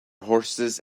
horses